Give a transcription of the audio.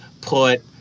put